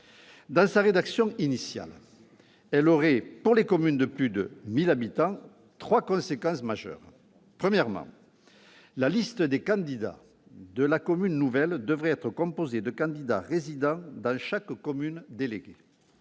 dans sa rédaction initiale, pour les communes de plus de 1 000 habitants, trois conséquences majeures. Premièrement, la liste des candidats à la commune nouvelle devrait être composée de candidats résidant dans chaque commune déléguée.